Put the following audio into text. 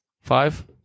five